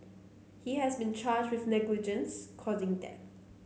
he has been charged with negligence causing death